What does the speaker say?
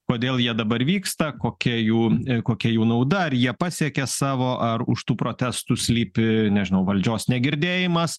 kodėl jie dabar vyksta kokia jų kokia jų nauda ar jie pasiekė savo ar už tų protestų slypi nežinau valdžios negirdėjimas